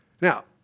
Now